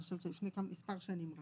אני חושבת שזה מלפני מספר שנים.